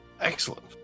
Excellent